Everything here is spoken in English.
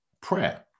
prayer